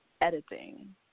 editing